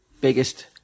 biggest